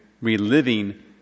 reliving